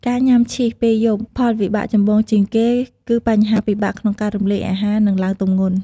ការញុំាឈីសពេលយប់ផលវិបាកចម្បងជាងគេ គឺបញ្ហាពិបាកក្នុងការរំលាយអាហារ និងឡើងទម្ងន់។